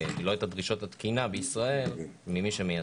לא את דרישות התקינה בישראל ממי שמייצא.